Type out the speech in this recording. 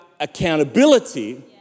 accountability